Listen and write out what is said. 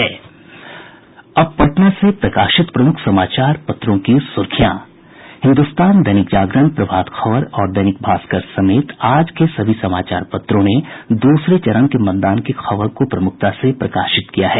अब पटना से प्रकाशित प्रमुख समाचार पत्रों की सुर्खियां हिन्दुस्तान दैनिक जागरण प्रभात खबर और दैनिक भास्कर समेत आज से सभी समाचार पत्रों ने दूसरे चरण के मतदान की खबर को प्रमुखता से प्रकाशित किया है